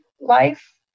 life